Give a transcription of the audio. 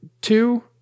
two